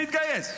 שיתגייס.